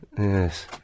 yes